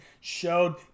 showed